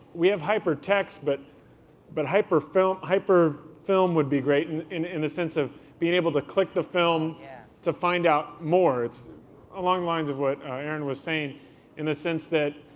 we have hypertext, but but hyper film hyper film would be great and in in the sense of being able to click the film to find out more. it's along lines of what arin was saying in the sense that